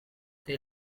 they